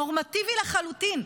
נורמטיבי לחלוטין,